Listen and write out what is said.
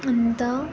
अन्त